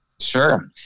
Sure